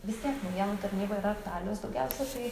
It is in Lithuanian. vis tiek naujienų tarnyboj yra aktualijos daugiausia tai